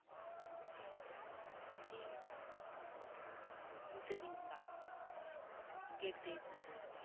ᱥᱤᱢ ᱦᱚᱸ ᱡᱩᱫᱟᱹᱜᱤᱧ ᱚᱲᱟᱜ ᱠᱟᱫ ᱠᱚᱣᱟ ᱜᱮᱰᱮ ᱡᱩᱫᱟᱹ